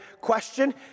question